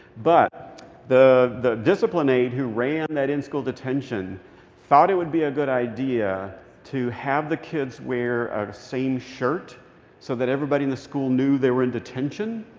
but the the discipline aide who ran that in-school detention thought it would be a good idea to have the kids wear a same shirt so that everybody in the school knew they were in detention.